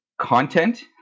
content